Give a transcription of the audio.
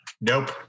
Nope